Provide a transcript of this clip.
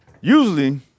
usually